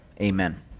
Amen